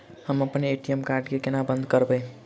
हम अप्पन ATM card केँ बंद कोना करेबै?